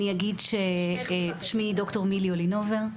שמי ד"ר מילי אולינובר,